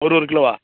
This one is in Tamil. ஒரு ஒரு கிலோவா